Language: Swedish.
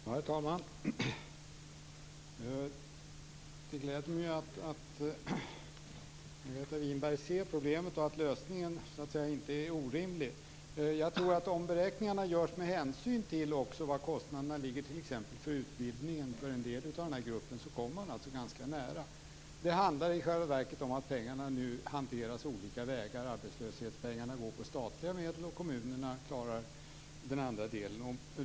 Herr talman! Det gläder mig att Margareta Winberg ser problemet och att lösningen inte är orimlig. Jag tror att om beräkningarna görs med hänsyn till var kostnaderna ligger för t.ex. utbildning för en del av denna grupp, kommer man ganska nära. Det handlar i själva verket om att pengarna hanteras på olika vägar - arbetslöshetspengarna går på statliga medel, och kommunerna den andra delen.